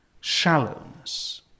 shallowness